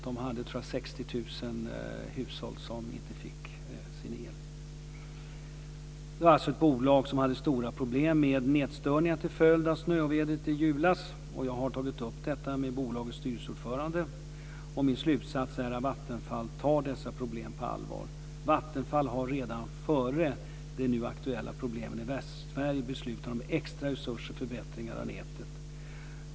Det var 60 000 hushåll som inte fick el. Det är ett bolag som hade stora problem med nätstörningar till följd av ett snöoväder i julas. Jag har tagit upp detta med bolagets styrelseordförande, och min slutsats är att Vattenfall tar dessa problem på allvar. Vattenfall har redan före de nu aktuella problemen i Västsverige beslutat om extra resurser för förbättringar av nätet.